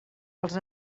els